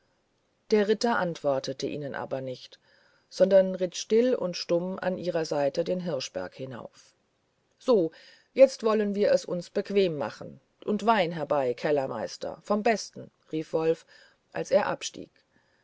der ritter antwortete ihnen aber nicht sondern ritt still und stumm an ihrer seite den hirschberg hinauf so jetzt wollen wir es uns bequem machen und wein herbei kellermeister vom besten rief wolf als er abstieg